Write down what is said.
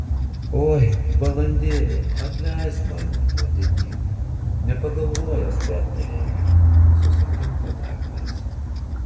oi balandėli atleisk man nuodėmingam nepagalvojęs leptelėjau susikrimto daktaras